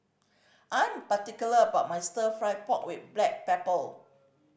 I'm particular about my Stir Fry pork with black pepper